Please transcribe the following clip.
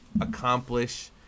accomplish